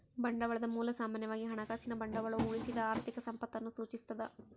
ಬಂಡವಾಳದ ಮೂಲ ಸಾಮಾನ್ಯವಾಗಿ ಹಣಕಾಸಿನ ಬಂಡವಾಳವು ಉಳಿಸಿದ ಆರ್ಥಿಕ ಸಂಪತ್ತನ್ನು ಸೂಚಿಸ್ತದ